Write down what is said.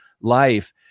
life